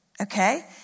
okay